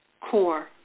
core